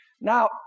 Now